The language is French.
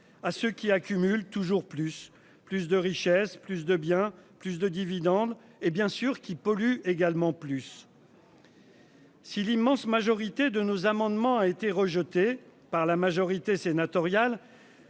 à ceux qui accumulent toujours plus plus de richesses plus de bien plus de dividendes et bien sûr qui pollue également plus.-- Si l'immense majorité de nos amendement a été rejeté par la majorité sénatoriale.--